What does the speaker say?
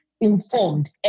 informed